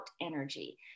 energy